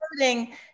including